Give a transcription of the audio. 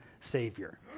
Savior